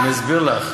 אסביר לך.